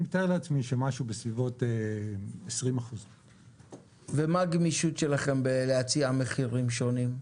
אני מתאר לעצמי שמשהו בסביבות 20%. ומה הגמישות שלכם בלהציע מחירים שונים?